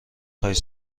خواهید